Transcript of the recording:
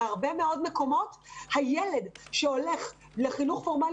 בהרבה מאוד מקומות הילד שהולך לחינוך פורמלי